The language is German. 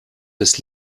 des